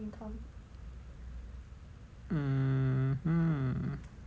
mmhmm